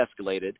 escalated